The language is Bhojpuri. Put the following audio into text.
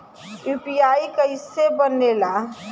यू.पी.आई कईसे बनेला?